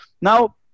Now